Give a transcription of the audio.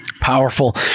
Powerful